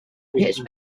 pitch